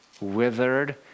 withered